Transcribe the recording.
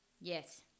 Yes